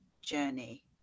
journey